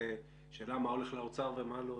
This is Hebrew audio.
השאלה מה הולך לאוצר ומה לא.